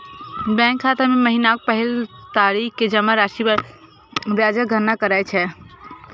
bank खाता मे महीनाक पहिल तारीख कें जमा राशि पर ब्याजक गणना करै छै